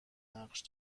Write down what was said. نقش